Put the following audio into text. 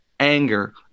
Anger